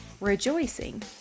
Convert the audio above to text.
rejoicing